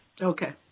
Okay